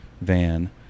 van